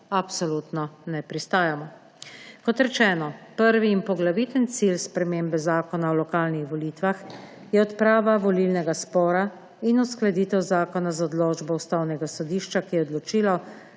absolutno ne pristajamo. Kot rečeno, prvi in poglavitni cilj spremembe Zakona o lokalnih volitvah je odprava volilnega spora in uskladitev zakona z odločbo Ustavnega sodišča, ki je odločilo,